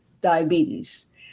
diabetes